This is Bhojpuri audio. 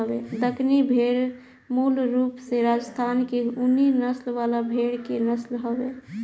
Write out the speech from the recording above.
दक्कनी भेड़ मूल रूप से राजस्थान के ऊनी नस्ल वाला भेड़ के नस्ल हवे